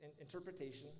interpretation